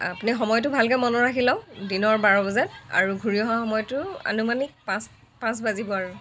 আপুনি সময়টো ভালকৈ মনত ৰাখি লওক দিনৰ বাৰ বজাত আৰু ঘূৰি অহা সময়টো আনুমানিক পাঁচ পাঁচ বাজিব আৰু